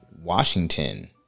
Washington